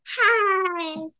Hi